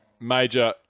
major